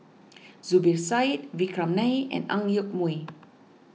Zubir Said Vikram Nair and Ang Yoke Mooi